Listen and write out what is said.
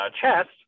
chest